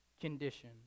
condition